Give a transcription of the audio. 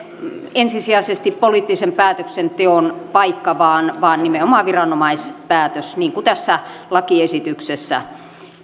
ensisijaisesti poliittisen päätöksenteon paikka vaan vaan nimenomaan viranomaispäätös niin kuin tässä lakiesityksessä